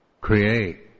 create